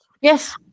Yes